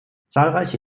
zahlreiche